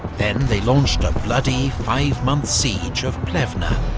then they launched a bloody, five-month siege of plevna,